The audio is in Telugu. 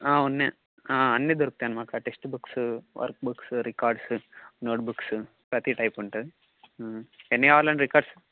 ఉన్నాయి అన్నీ దొరుకుతాయి అండి మా కాడ text books work books records note books ప్రతి టైప్ ఉంటుంది ఎన్ని కావాలండి రికార్డ్సు